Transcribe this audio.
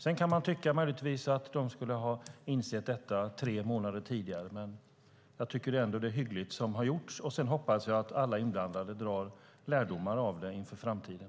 Sedan kan man möjligtvis tycka att de skulle ha insett detta tre månader tidigare, men jag tycker ändå att det är hyggligt som har gjorts. Jag hoppas att alla inblandade drar lärdomar av detta inför framtiden.